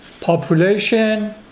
Population